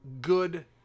good